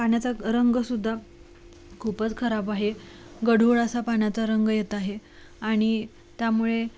पाण्याचा रंगसुद्धा खूपच खराब आहे गढूळ असा पाण्याचा रंग येत आहे आणि त्यामुळे